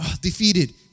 Defeated